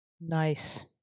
Nice